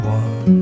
one